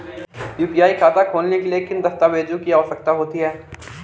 UPI खाता खोलने के लिए किन दस्तावेज़ों की आवश्यकता होती है?